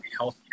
healthcare